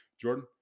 Jordan